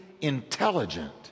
intelligent